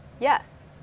Yes